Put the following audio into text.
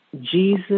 Jesus